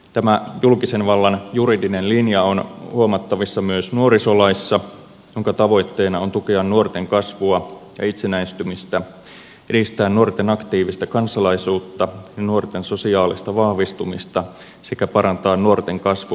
tämä julkisen vallan juridinen linja on huomattavissa myös nuorisolaissa jonka tavoitteena on tukea nuorten kasvua ja itsenäistymistä edistää nuorten aktiivista kansalaisuutta ja nuorten sosiaalista vahvistumista sekä parantaa nuorten kasvu ja elinoloja